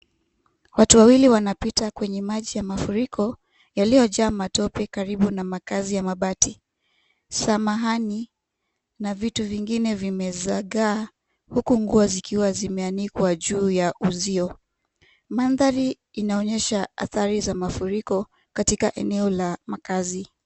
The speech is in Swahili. Watu wawili wanapita kwenye maji ya mafuriko yaliyojaa matope karibu na makaazi ya mabati. Samahani na vitu vingine vimezagaa huku nguo zikiwa zimeanikwa juu ya uzio. Mandhari inaonyesha athari za mafuriko katika eneo la makaazi.